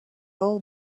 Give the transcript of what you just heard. all